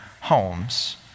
homes